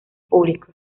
públicos